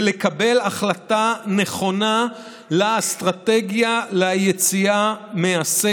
ולקבל החלטה נכונה לאסטרטגיה ליציאה מהסגר.